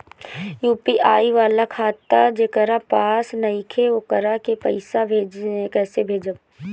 UPI वाला खाता जेकरा पास नईखे वोकरा के पईसा कैसे भेजब?